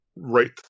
right